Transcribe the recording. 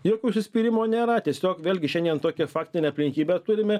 jokio užsispyrimo nėra tiesiog vėlgi šiandien tokią faktinę aplinkybę turime